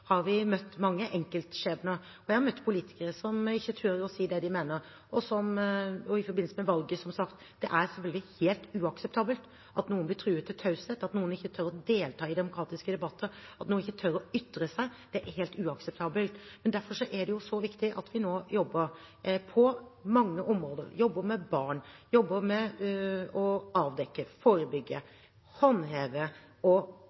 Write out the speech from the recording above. har vi møtt mange enkeltskjebner, og jeg har møtt politikere som ikke tør å si det de mener, også i forbindelse med valget, som sagt. Det er selvfølgelig helt uakseptabelt at noen blir truet til taushet, at noen ikke tør å delta i demokratiske debatter, at noen ikke tør å ytre seg. Det er helt uakseptabelt. Men derfor er det så viktig at vi nå jobber på mange områder – jobber med barn, jobber med å avdekke, forebygge, håndheve og